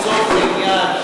לצורך העניין,